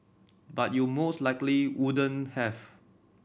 but you most likely wouldn't have